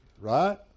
right